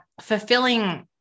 fulfilling